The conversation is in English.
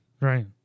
Right